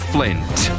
Flint